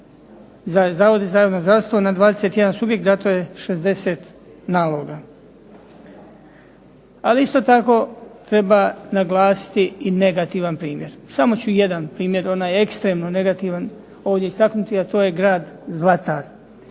zavode za javno zdravstvo, na 21 subjekt dato je 60 naloga. Ali isto tako treba naglasiti i negativan primjer. Samo ću jedan primjer, onaj ekstremno negativan ovdje istaknuti, a to je grad Zlatar.